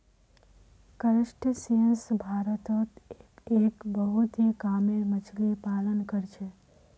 crustaceans भारतत एक बहुत ही कामेर मच्छ्ली पालन कर छे